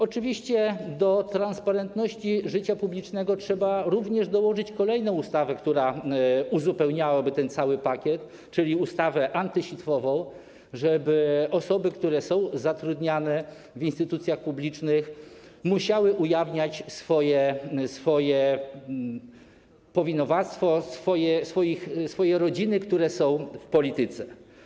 Oczywiście do transparentności życia publicznego trzeba dołożyć kolejną ustawę, która uzupełniałaby ten cały pakiet, czyli ustawę antysitwową, żeby osoby, które są zatrudniane w instytucjach publicznych, musiały ujawniać powinowactwo, swoje rodziny, które są w polityce.